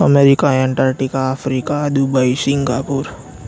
America Antarctica Africa Dubai Singapore